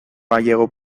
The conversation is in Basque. galego